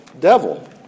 devil